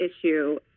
issue